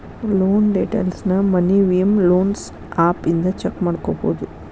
loan ಡೇಟೈಲ್ಸ್ನ Money View loans app ಇಂದ check ಮಾಡ್ಕೊಬೋದು